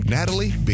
Natalie